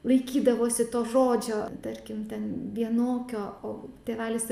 laikydavosi to žodžio tarkim ten vienokio o tėvelis